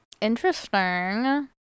Interesting